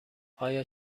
آیا